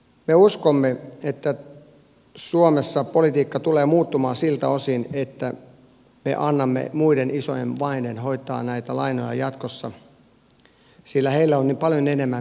me uskomme että suomessa politiikka tulee muuttumaan siltä osin että me annamme muiden isojen maiden hoitaa näitä lainoja jatkossa sillä heillä on niin paljon enemmän menetettävää kuin meillä